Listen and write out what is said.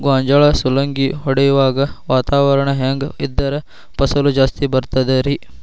ಗೋಂಜಾಳ ಸುಲಂಗಿ ಹೊಡೆಯುವಾಗ ವಾತಾವರಣ ಹೆಂಗ್ ಇದ್ದರ ಫಸಲು ಜಾಸ್ತಿ ಬರತದ ರಿ?